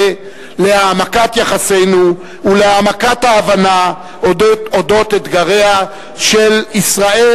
להעמקת יחסינו ולהעמקת ההבנה על אודות אתגריה של ישראל,